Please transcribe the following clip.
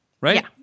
right